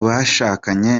bashakanye